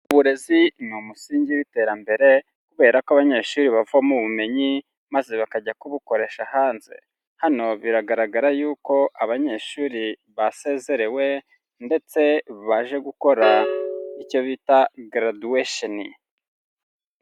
Uburezi ni umusingi w'iterambere kubera ko abanyeshuri bavamo ubumenyi maze bakajya kubukoresha hanze, hano biragaragara yuko abanyeshuri basezerewe ndetse baje gukora icyo bita garaduwesheni.